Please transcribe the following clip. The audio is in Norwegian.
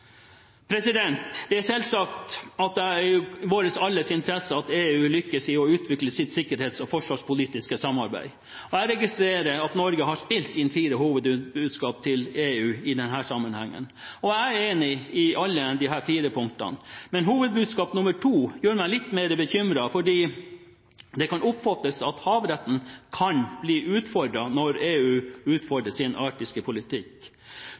Det er selvsagt at det er i alles interesse at EU lykkes i å utvikle sitt sikkerhets- og forsvarspolitiske samarbeid. Jeg registrerer at Norge har spilt inn fire hovedbudskap til EU i denne sammenhengen. Jeg er enig i alle disse fire punktene, men hovedbudskap nummer to gjør meg litt mer bekymret, fordi det kan oppfattes som at havretten kan bli utfordret når EU utformer sin arktiske politikk.